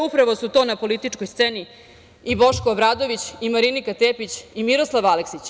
Upravo su to na političkoj sceni i Boško Obradović i Marinika Tepić i Miroslav Aleksić.